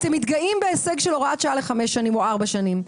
אתם מתגאים בהישג של הוראת שעה לחמש שנים או ארבע שנים,